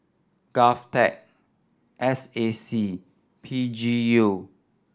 GovTech S A C P G U